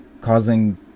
causing